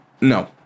No